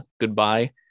goodbye